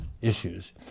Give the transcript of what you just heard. issues